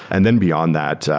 and then beyond that,